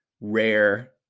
rare